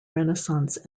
renaissance